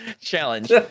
challenge